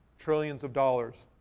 trillions of dollars